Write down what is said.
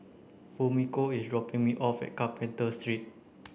Fumiko is dropping me off at Carpenter Street